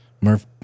Murph